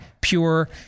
Pure